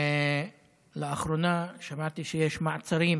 לאחרונה שמעתי שיש מעצרים